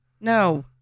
No